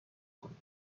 کنیم